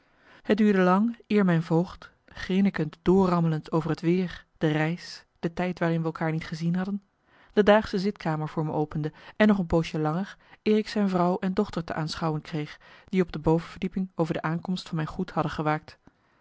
het duurde lang eer mijn voogd grinnikend doorrammelend over het weer de reis de tijd waarin we elkaar niet gezien hadden de daagsche zitkamer voor me opende en nog een poosje langer eer ik zijn vrouw en dochter te aanschouwen kreeg die op de bovenverdieping over de aankomst van mijn goed hadden gewaakt